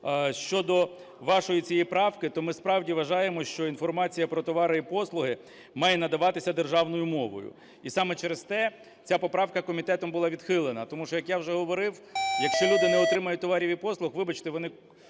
Щодо вашої цієї правки, то ми справді вважаємо, що інформація про товари і послуги має надаватися державною мовою, і саме через те ця поправка комітетом була відхилена, тому що, як я вже говорив, якщо люди не отримують товарів і послуг, вибачте, вони